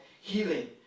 Healing